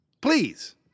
please